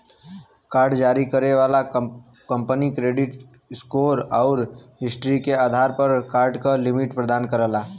card जारी करे वाला कंपनी क्रेडिट स्कोर आउर हिस्ट्री के आधार पर कार्ड क लिमिट प्रदान करला